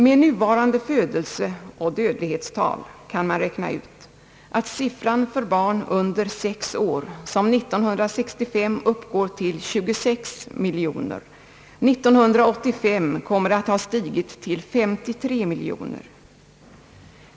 Med nuvarande födelseoch dödlighetstal kan man räkna ut, att siffran för barn under 6 år, som år 1965 uppgår till 26 miljoner, år 1985 kommer att ha stigit till 53 miljoner.